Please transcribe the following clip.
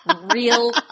real